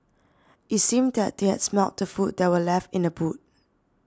it seemed that they had smelt the food that were left in the boot